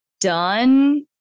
done